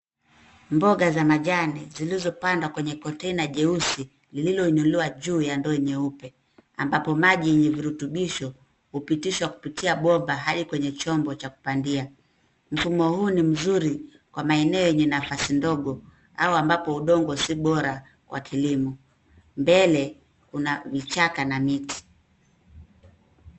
Mboga za majani zilizopandwa kwenye konteina jeusi lililoinuliwa juu ya ndoo nyeupe ambapo maji yenye virutubisho hupitishwa kupitia bomba hayo kwenye chombo Cha kupandia. Mfumo huu ni mzuri kwa maeneo yenye nafasi ndogo au ambapo udongo si bora kwa kilimo, mbele Kuna vichaka na miti.